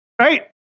Right